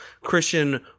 Christian